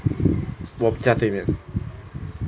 我家对面